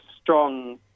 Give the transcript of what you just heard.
strong